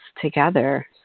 together